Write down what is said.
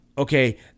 Okay